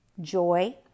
joy